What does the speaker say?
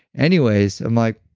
anyways, i'm like,